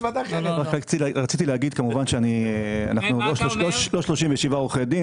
רציתי להגיד שאנחנו לא 37 עורכי דין,